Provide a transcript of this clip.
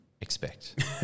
expect